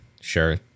sure